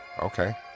okay